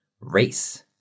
Race